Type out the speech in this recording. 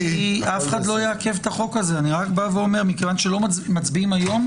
אתי, אף אחד לא יעכב את החוק הזה, מצביעים היום?